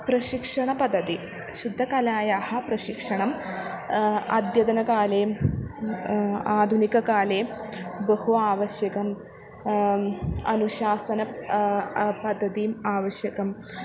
प्रशिक्षणपद्धतिः शुद्धकलायाः प्रशिक्षणम् अद्यतनकाले आधुनिककाले बहु आवश्यकम् अनुशासन पद्धतीम् आवश्यकम्